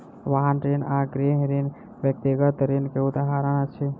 वाहन ऋण आ गृह ऋण व्यक्तिगत ऋण के उदाहरण अछि